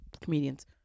comedians